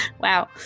Wow